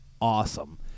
awesome